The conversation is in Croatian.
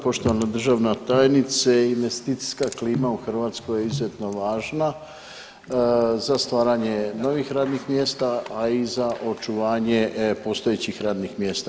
Poštovana državna tajnice investicijska klima u Hrvatskoj je izuzetno važna za stvaranje novih radnih mjesta, a i za očuvanje postojećih radnih mjesta.